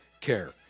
care